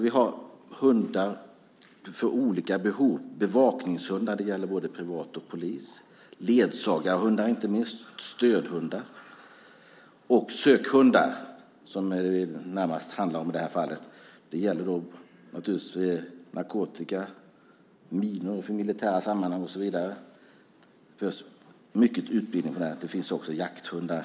Vi har hundar för olika behov: bevakningshundar, både privat och för polis, ledsagarhundar, inte minst stödhundar, och sökhundar som det närmast handlar om i det här fallet. Det gäller narkotika, minor för militära sammanhang, och så vidare. Det behövs mycket utbildning på det här. Det finns också jakthundar.